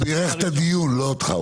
היא בירך על הדיון, לא אותך.